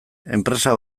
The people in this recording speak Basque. enpresa